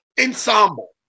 ensemble